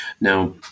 Now